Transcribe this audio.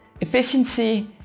efficiency